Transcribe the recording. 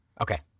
Okay